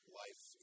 life